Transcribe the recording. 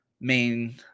main